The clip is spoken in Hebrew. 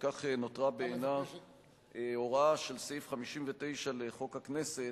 וכך נותרה בעינה הוראה של סעיף 59 לחוק הכנסת,